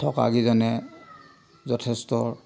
থকাকেইজনে যথেষ্ট